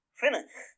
finish